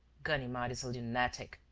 ganimard is a lunatic,